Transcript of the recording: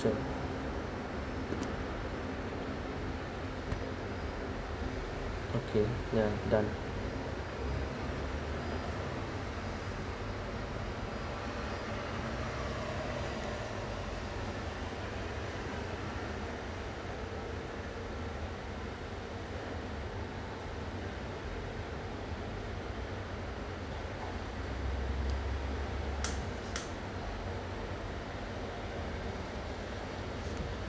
okay yeah done